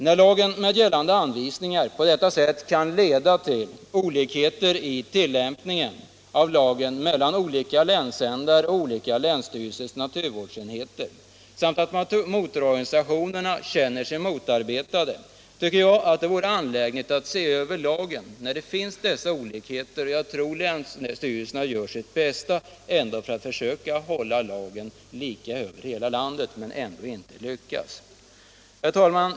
När lagen med gällande anvisningar på detta sätt kan leda till olikheter i tillämpningen mellan olika län och olika länsstyrelsers naturvårdsenheter och när motororganisationerna känner sig motarbetade, tycker jag att det är angeläget att se över lagen. Jag tror att länsstyrelserna gör sitt bästa för att tillämpa lagen lika över hela landet men utan att lyckas. Herr talman!